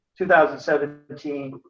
2017